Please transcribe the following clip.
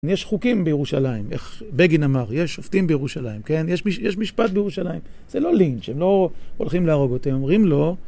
יש חוקים בירושלים, בגין אמר, יש שופטים בירושלים, יש משפט בירושלים, זה לא לינץ', הם לא הולכים להרוג אותם, הם אומרים לו